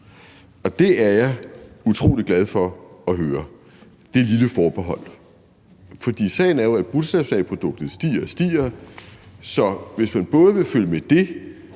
er jeg utrolig glad for at høre. For sagen er jo, at bruttonationalproduktet stiger og stiger. Så hvis man både vil følge med det